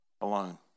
alone